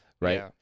Right